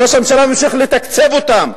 ראש הממשלה ממשיך לתקצב אותם,